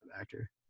actor